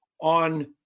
on